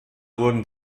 wurden